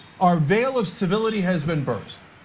our veil of civility has been burst.